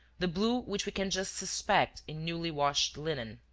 the blue which we can just suspect in newly-washed linen.